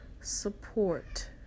support